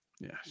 Yes